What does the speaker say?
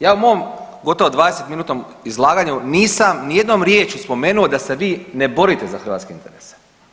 Ja u mom gotovo 20-minutnom izlaganju nisam nijednom riječju spomenuo da se vi ne borite za hrvatske interese.